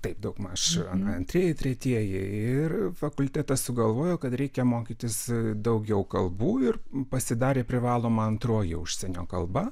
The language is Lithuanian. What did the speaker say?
taip daugmaž an antrieji tretieji ir fakultetas sugalvojo kad reikia mokytis daugiau kalbų ir pasidarė privaloma antroji užsienio kalba